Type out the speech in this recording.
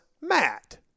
Matt